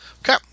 Okay